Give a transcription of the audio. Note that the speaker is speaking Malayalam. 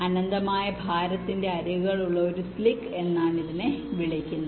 അനന്തമായ ഭാരത്തിന്റെ അരികുകളുള്ള ഒരു സ്ലിക്ക് എന്നാണ് ഇതിനെ വിളിക്കുന്നത്